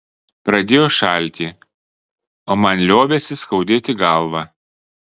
pradėjo šalti o man liovėsi skaudėti galvą